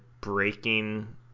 breaking